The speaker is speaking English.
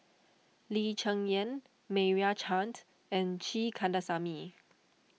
Lee Cheng Yan Meira Chand and G Kandasamy